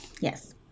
Yes